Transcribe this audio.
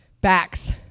Backs